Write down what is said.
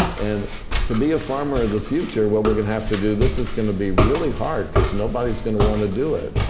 and to be a farmer of the future, what we're going to have to do this is going to be really hard because nobody's going to want to do it.